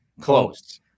Close